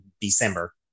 December